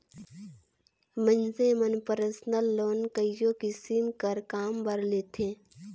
मइनसे मन personal loan कइयो किसिम कर काम बर लेथें